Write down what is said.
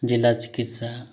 ज़िला चिकित्सा